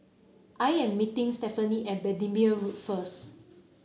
I am meeting Stefanie at Bendemeer Road first